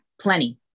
plenty